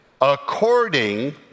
according